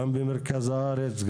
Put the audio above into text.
גם מרכז הארץ,